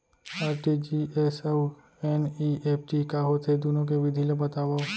RTGS अऊ NEFT का होथे, दुनो के विधि ला बतावव